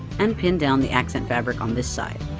and pin down the accent fabric on this side.